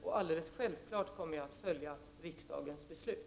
Jag kommer självfallet att följa riksdagens beslut.